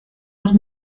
noch